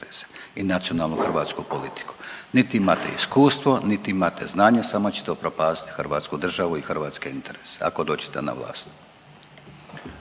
i nacionalnu hrvatsku politiku, niti imate iskustvo, niti imate znanje samo ćete upropastiti hrvatsku državu i hrvatske interese ako dođete na vlast.